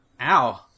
Ow